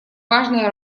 важная